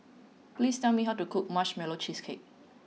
please tell me how to cook Marshmallow Cheesecake